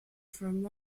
from